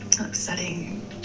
Upsetting